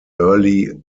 early